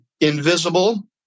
invisible